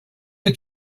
the